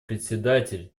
председатель